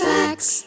Facts